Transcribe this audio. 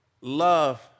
love